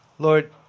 Lord